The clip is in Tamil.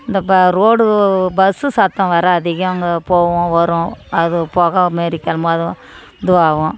இந்த ப ரோடு பஸ்ஸு சத்தம் வேறு அதிகம் அங்கே போகும் வரும் அது போக மாரி கிளம்பும் அதுவும் இதுவாகவும்